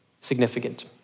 significant